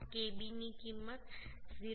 તો kb ની કિંમત 0